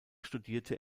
studierte